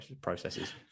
processes